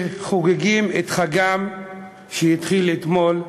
שחוגגים את חגם שהתחיל אתמול: